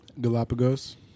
Galapagos